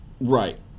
Right